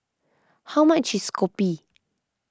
how much is Kopi